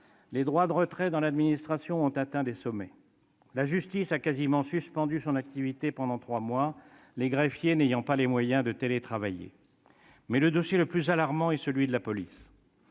les droits de retrait dans l'administration ont atteint des sommets. La justice a quasiment suspendu son activité pendant trois mois, les greffiers n'ayant pas les moyens de télétravailler. Mais le dossier le plus alarmant est celui de la police.